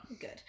Good